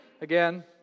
again